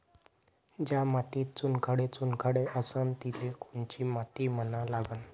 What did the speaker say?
ज्या मातीत चुनखडे चुनखडे असन तिले कोनची माती म्हना लागन?